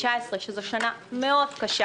שנת 2019 היא שנה קשה מאוד.